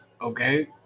okay